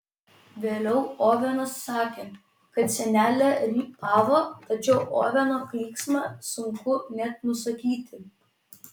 vėliau ovenas sakė kad senelė rypavo tačiau oveno klyksmą sunku net nusakyti